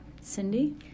Cindy